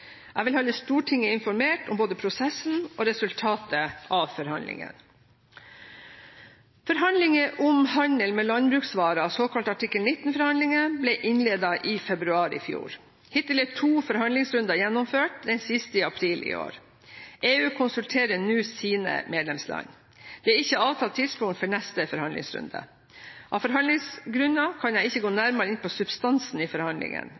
Jeg vil holde Stortinget informert om både prosessen og resultatene av forhandlingene. Forhandlinger om handelen med landbruksvarer, såkalte artikkel 19-forhandlinger, ble innledet i februar i fjor. Hittil er to forhandlingsrunder gjennomført, den siste i april i år. EU konsulterer nå sine medlemsland. Det er ikke avtalt tidspunkt for neste forhandlingsrunde. Av forhandlingsgrunner kan jeg ikke gå nærmere inn på substansen i forhandlingene.